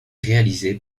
réalisé